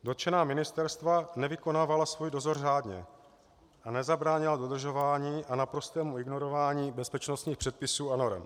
Dotčená ministerstva nevykonávala svůj dozor řádně a nezabránila nedodržování a naprostému ignorování bezpečnostních předpisů a norem.